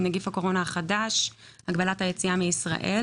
נגיף הקורונה החדש (הוראת שעה) (הגבלת היציאה מישראל),